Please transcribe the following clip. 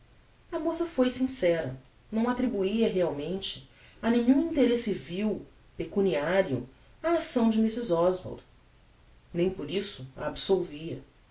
a moça foi sincera não attribuia realmente a nenhum interesse vil pecuniario a acção de mrs oswald nem por isso a absolvia